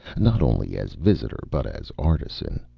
not only as visitor but as artisan.